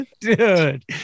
Dude